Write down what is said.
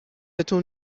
تون